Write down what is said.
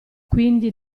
quindi